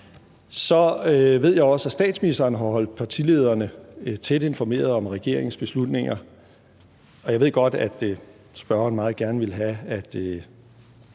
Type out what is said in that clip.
Så ved jeg også, at statsministeren har holdt partilederne tæt informeret om regeringens beslutninger. Jeg ved godt, at spørgeren meget gerne ville have, at